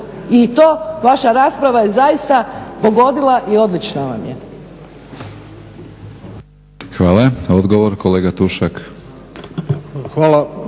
I to vaša rasprava je zaista pogodila i odlična vam je.